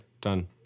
done